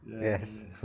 Yes